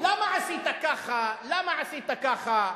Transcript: תגיד, למה עשית ככה, למה עשית ככה?